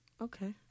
Okay